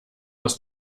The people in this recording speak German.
aus